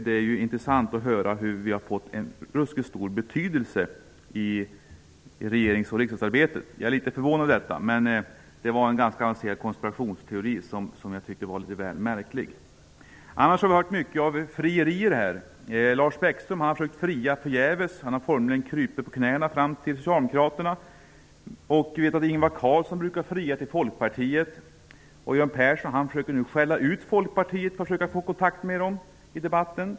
Det är intressant att höra att vi har fått en sådan ruskigt stor betydelse i regerings och riksdagsarbetet. Jag är litet förvånad över detta, men det var en ganska avancerad konspirationsteori, som var litet väl märklig. Annars har vi hört många frierier här. Lars Bäckström har friat förgäves. Han har formligen krupit på knäna fram till Socialdemokraterna. Vi vet att Ingvar Carlsson brukar fria till Folkpartiet, och Göran Persson försöker nu skälla ut Folkpartiet för att få kontakt i debatten.